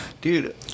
Dude